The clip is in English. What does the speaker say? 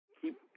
keep